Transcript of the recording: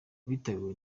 witabiriwe